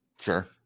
Sure